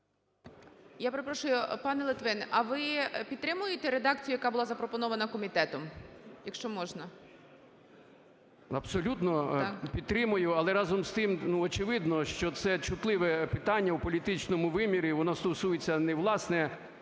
Я перепрошую, пане Литвин. А ви підтримуєте редакцію, яка була запропонована комітетом? Якщо можна. 11:42:12 ЛИТВИН В.М. Абсолютно підтримую. Але разом з тим, ну, очевидно, що це чутливе питання у політичному вимірі і воно стосується не власне